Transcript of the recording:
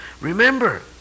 Remember